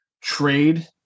trade